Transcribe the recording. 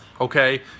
okay